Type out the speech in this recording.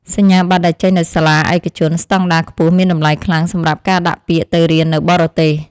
សញ្ញាបត្រដែលចេញដោយសាលាឯកជនស្តង់ដារខ្ពស់មានតម្លៃខ្លាំងសម្រាប់ការដាក់ពាក្យទៅរៀននៅបរទេស។